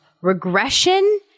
regression